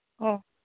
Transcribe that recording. ꯑꯣ